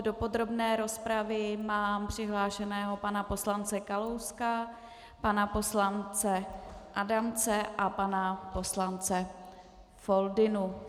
Do podrobné rozpravy mám přihlášeného pana poslance Kalouska, pana poslance Adamce a pana poslance Foldynu.